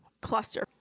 cluster